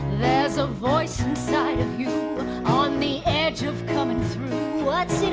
a voice inside of you on the edge of comin' through what's